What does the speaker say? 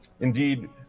Indeed